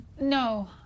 No